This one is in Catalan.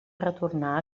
retornar